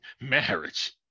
marriage